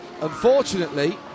unfortunately